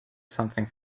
something